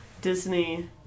Disney